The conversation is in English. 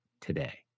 today